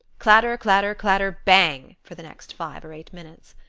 clatter, clatter, clatter, bang! for the next five or eight minutes.